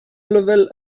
level